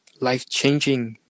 life-changing